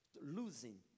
losing